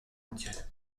mondiale